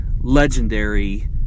legendary